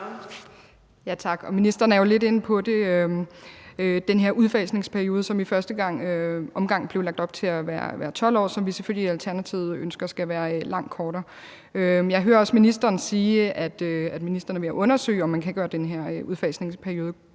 Tak, og ministeren er jo lidt inde på den her udfasningsperiode, som i første omgang blev lagt op til at være 12 år, og som vi selvfølgelig i Alternativet ønsker skal være langt kortere. Jeg hører også ministeren sige, at ministeren er ved at undersøge, om man kan gøre den her udfasningsperiode